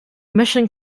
mission